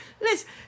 Listen